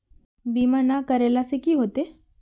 बीमा ना करेला से की होते?